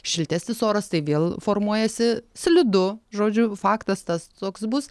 šiltesnis oras tai vėl formuojasi slidu žodžiu faktas tas toks bus